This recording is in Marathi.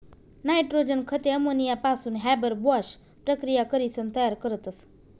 नायट्रोजन खते अमोनियापासून हॅबर बाॅश प्रकिया करीसन तयार करतस